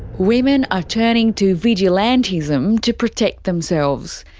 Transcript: women are turning to vigilantism to protect themselves.